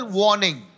warning